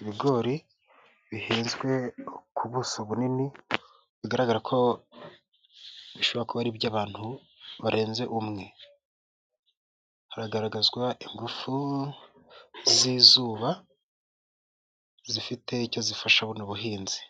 ibigori bihinzwe ku buso bunini bigaragara ko ibishoboka ari iby'abantu barenze umwe, hagaragazwa ingufu z'izuba zifite icyo zifasha buno buhinzi.